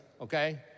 okay